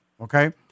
okay